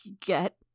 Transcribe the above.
get